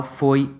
foi